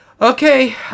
Okay